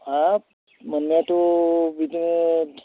हाब मोननायाथ' बिदिनो